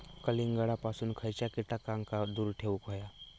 कलिंगडापासून खयच्या कीटकांका दूर ठेवूक व्हया?